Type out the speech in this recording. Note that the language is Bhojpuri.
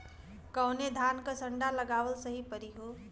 कवने धान क संन्डा लगावल सही परी हो?